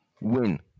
win